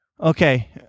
okay